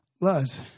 Luz